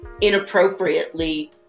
inappropriately